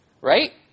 Right